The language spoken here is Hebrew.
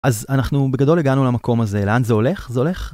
אז אנחנו בגדול הגענו למקום הזה לאן זה הולך? זה הולך...